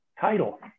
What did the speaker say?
title